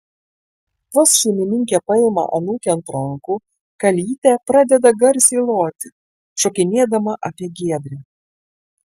vos šeimininkė paima anūkę ant rankų kalytė pradeda garsiai loti šokinėdama apie giedrę